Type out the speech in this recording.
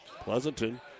Pleasanton